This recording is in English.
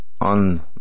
on